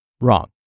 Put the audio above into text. Wrong